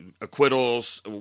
acquittals